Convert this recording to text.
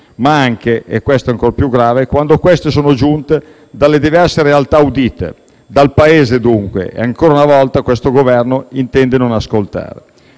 ma anche - e questo è ancor più grave - quando sono giunte dalle diverse realtà audite, dal Paese dunque, che ancora una volta questo Governo intende non ascoltare.